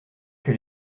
que